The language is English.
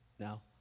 Now